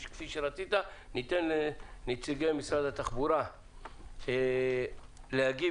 ניתן לנציגי משרד התחבורה להגיב,